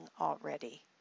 already